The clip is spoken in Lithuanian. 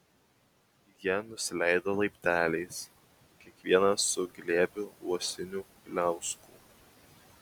jie nusileido laipteliais kiekvienas su glėbiu uosinių pliauskų